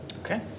okay